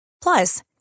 Plus